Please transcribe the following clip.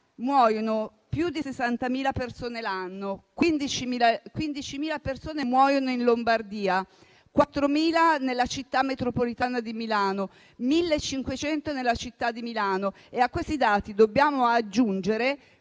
muoiono più di 60.000 persone l'anno; 15.000 persone muoiono in Lombardia, 4.000 nella città metropolitana di Milano, 1.500 nella città di Milano. A questi dati dobbiamo aggiungere